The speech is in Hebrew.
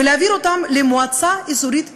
ולהעביר אותן למועצה אזורית נפרדת.